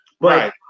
Right